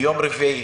ביום רביעי,